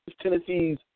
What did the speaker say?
Tennessee's